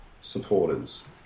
supporters